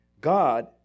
God